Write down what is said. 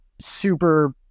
super